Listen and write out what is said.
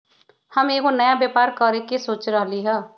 हम एगो नया व्यापर करके सोच रहलि ह